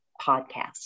podcast